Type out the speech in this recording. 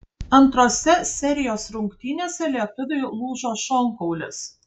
antrose serijos rungtynėse lietuviui lūžo šonkaulis